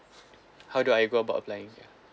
how do I go about applying ya